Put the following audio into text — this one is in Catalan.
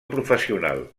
professional